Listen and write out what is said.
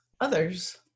others